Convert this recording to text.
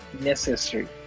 necessary